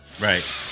Right